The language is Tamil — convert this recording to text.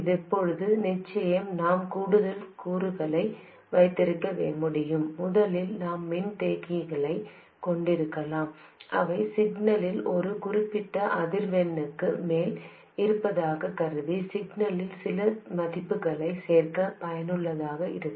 இப்போது நிச்சயமாக நாம் கூடுதல் கூறுகளை வைத்திருக்க முடியும் முதலில் நாம் மின்தேக்கிகளைக் கொண்டிருக்கலாம் அவை சிக்னலில் ஒரு குறிப்பிட்ட அதிர்வெண்ணுக்கு மேல் இருப்பதாகக் கருதி சிக்னலில் சில மதிப்புகளைச் சேர்க்க பயனுள்ளதாக இருக்கும்